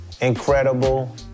Incredible